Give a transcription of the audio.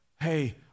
hey